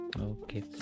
Okay